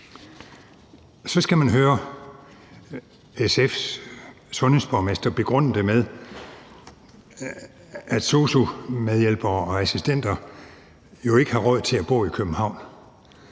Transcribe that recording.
Så skal man høre SF's sundhedsborgmester begrunde det med, at sosu-hjælpere og -assistenter jo ikke har råd til at bo i København.